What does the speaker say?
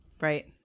right